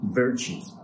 virtues